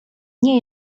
nie